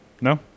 No